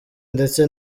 ndetse